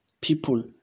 people